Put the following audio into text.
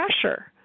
pressure